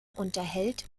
unterhält